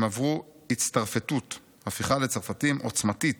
הם עברו הצטרפתות (הפיכה לצרפתים) עוצמתית,